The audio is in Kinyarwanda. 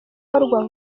gukorwa